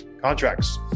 contracts